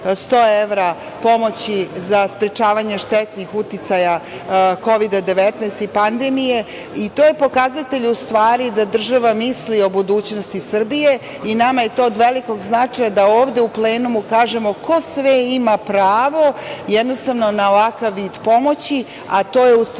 100 evra pomoći za sprečavanje štetnih uticaja Kovida19 i pandemije. To je pokazatelj, u stvari, da država misli o budućnosti Srbije i nama je to od velikog značaja, da ovde u plenumu kažemo ko sve ima pravo na ovakav vid pomoći, a to je, u stvari,